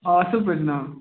آ اَصٕل پٲٹھۍ جناب